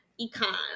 Econ